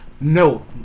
No